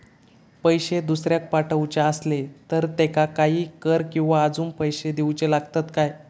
पैशे दुसऱ्याक पाठवूचे आसले तर त्याका काही कर किवा अजून पैशे देऊचे लागतत काय?